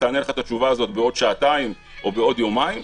תענה לך את התשובה הזאת בעוד שעתיים או בעוד יומיים,